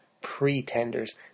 pretenders